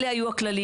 אלה היו הכללים.